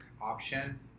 option